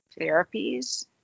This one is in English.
therapies